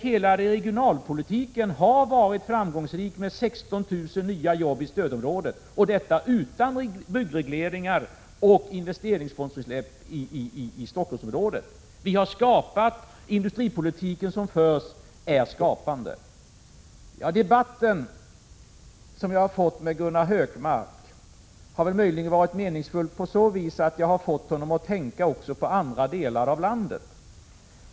Hela regionalpolitiken har varit framgångsrik. Det har skapats 16 000 nya arbeten i stödområdet, och detta utan byggregleringar och investeringsfondsfrisläpp i Stockholmsområdet. Den industripolitik som förs är skapande. Debatten med Gunnar Hökmark har möjligen varit meningsfull på så vis att jag har fått honom att tänka också på andra delar av landet.